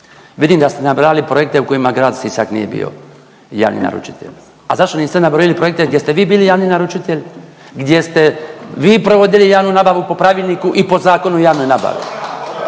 vidim da ste nabrojali projekte u kojima Grad Sisak nije bio javni naručitelj. A zašto niste nabrojili projekti gdje ste vi bili javni naručitelj, gdje ste vi provodili javnu nabavu po pravilniku i po Zakonu o javnoj nabavi?